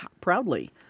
proudly